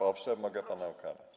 Owszem, mogę pana ukarać.